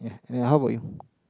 and how about you